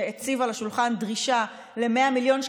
שהציב על השולחן דרישה מיידית,